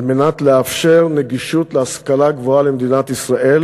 על מנת לאפשר נגישות להשכלה גבוהה למדינת ישראל